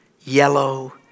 yellow